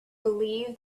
believe